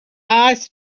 eyes